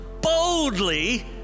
boldly